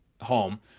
home